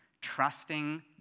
trusting